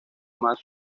más